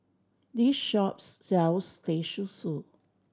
this shop sells Teh Susu